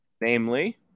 Namely